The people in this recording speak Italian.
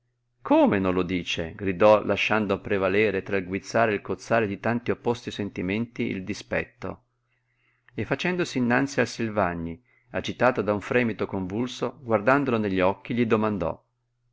come non lo dice gridò lasciando prevalere tra il guizzare e il cozzare di tanti opposti sentimenti il dispetto e facendosi innanzi al silvagni agitata da un fremito convulso guardandolo negli occhi gli domandò